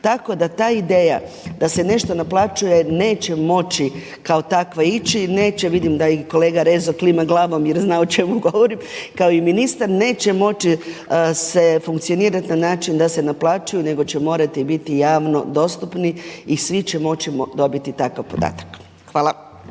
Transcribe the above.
Tako da ta ideja da se nešto naplaćuje neće moći kao takva ići, neće, vidim da je i kolega Rezo klima glavom jer zna o čemu govorim, kao i ministar neće moći se funkcionirati na način da se naplaćuju nego će morati biti javno dostupni i svi će moći dobiti takav podatak. Hvala.